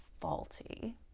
faulty